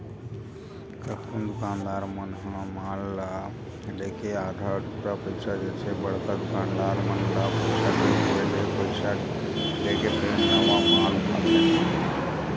कतकोन दुकानदार मन ह माल ल लेके आधा अधूरा पइसा देथे बड़का दुकानदार मन ल पइसा के होय ले पइसा देके फेर नवा माल उठाथे